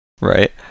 Right